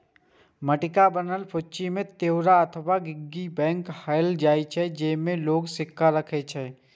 माटिक बनल फुच्ची कें तिजौरी अथवा पिग्गी बैंक कहल जाइ छै, जेइमे लोग सिक्का राखै छै